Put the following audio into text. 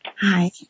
Hi